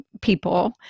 people